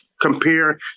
compare